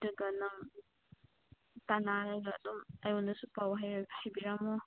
ꯑꯗꯨꯒ ꯅꯪ ꯇꯥꯟꯅꯔꯒ ꯑꯗꯨꯝ ꯑꯩꯉꯣꯟꯗꯁꯨ ꯄꯥꯎ ꯍꯥꯏꯕꯤꯔꯝꯃꯣ